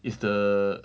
is the